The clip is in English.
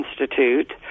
Institute